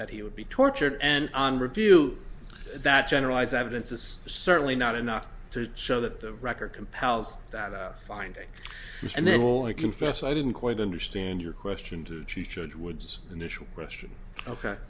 that he would be tortured and on review that generalized evidence is certainly not enough to show that the record compels that finding and then will i confess i didn't quite understand your question to chief judge woods initial question ok